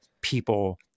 people